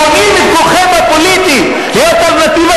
בונים את כוחכם הפוליטי להיות אלטרנטיבה